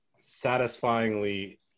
satisfyingly